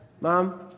Mom